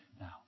Now